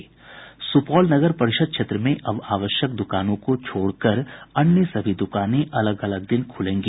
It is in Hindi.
सुपौल नगर परिषद् क्षेत्र में अब आवश्यक दुकानों को छोड़कर अन्य सभी दुकानें अलग अलग दिन खुलेंगी